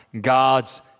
God's